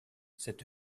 cette